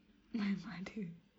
my mother